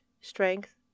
strength